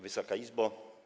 Wysoka Izbo!